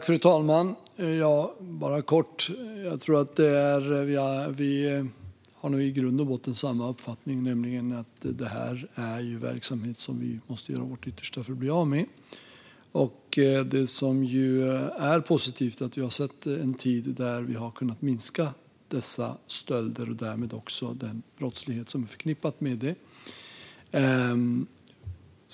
Fru talman! Vi har nog i grund och botten samma uppfattning, nämligen att detta är verksamhet som vi måste göra vårt yttersta för att bli av med. Det som är positivt är att vi under en tid har sett att vi kunnat minska dessa stölder och därmed också annan brottslighet som är förknippad med dem.